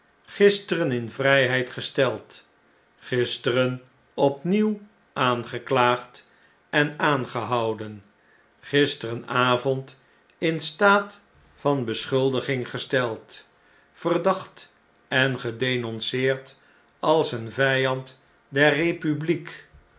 gisteren in vrpeid gesteld gisteren opnieuw aangeklaagd en aangehouden gisterenavond in staat van beschuldiging gesteld verdacht en gedenonceerd als een vjjand der republiek